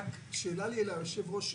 שאלה לי אל היושב-ראש.